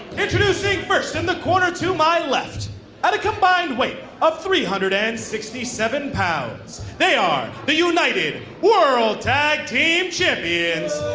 introducing first to and the corner to my left. at a combine weight of three hundred and sixty seven pounds. they are the united world tag team champions.